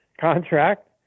contract